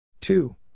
Two